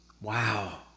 Wow